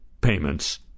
payments